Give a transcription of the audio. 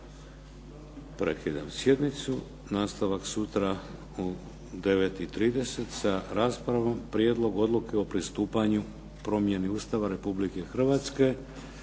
Prekidam sjednicu. Nastavak sutra u 9,30 sa raspravom Prijedlog odluke o pristupanju promjeni Ustava Republike Hrvatske